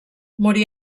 morí